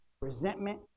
resentment